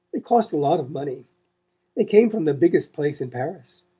they cost a lot of money they came from the biggest place in paris.